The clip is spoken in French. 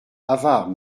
avare